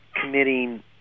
committing